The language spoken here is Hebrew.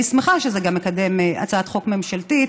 אני שמחה שזה גם מקדם הצעת חוק ממשלתית,